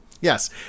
yes